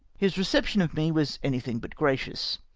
his reception of me was anything but gracious.